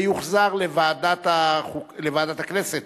לוועדת הכנסת